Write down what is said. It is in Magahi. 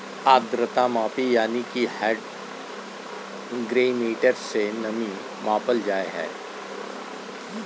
आद्रता मापी यानी कि हाइग्रोमीटर से नमी मापल जा हय